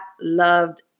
loved